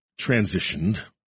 transitioned